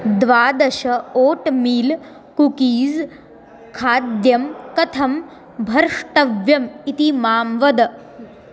द्वादश oatmeal cookies खाद्यं कथं भर्ष्टव्यम् इति मां वद